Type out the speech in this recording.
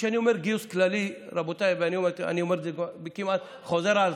וכשאני אומר גיוס כללי, זה כמעט חוזר על עצמו,